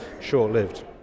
short-lived